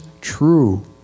true